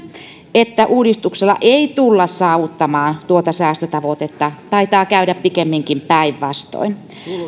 että uudistuksella ei tulla saavuttamaan tuota säästötavoitetta taitaa käydä pikemminkin päinvastoin